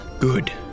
Good